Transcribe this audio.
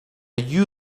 you